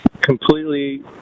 completely